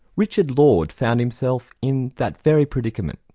richard lord found himself in that very predicament.